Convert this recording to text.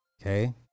Okay